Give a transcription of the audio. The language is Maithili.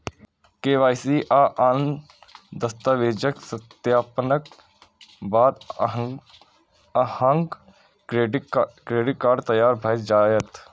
के.वाई.सी आ आन दस्तावेजक सत्यापनक बाद अहांक क्रेडिट कार्ड तैयार भए जायत